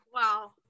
Wow